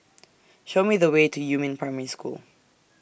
Show Me The Way to Yumin Primary School